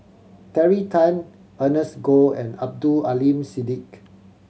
Terry Tan Ernest Goh and Abdul Aleem Siddique